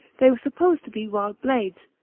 they were supposed to be wild blades,